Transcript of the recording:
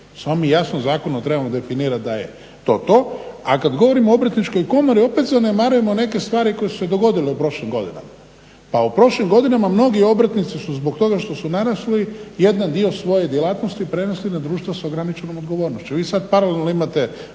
samo mi jasno zakonom trebamo definirati da je to to. A kad govorim o Obrtničkoj komori opet zanemarujemo neke stvari koje su se dogodile u prošlim godinama. Pa u prošlim godinama mnogi obrtnici su zbog toga što su narasli jedan dio svoje djelatnosti prenesli na društva sa ograničenom odgovornošću.